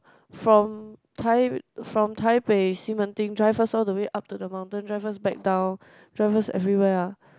from Tai~ from Taipei 西门町:Xi Men Ding drive us all the way up to the mountain drive us back down drive us everywhere ah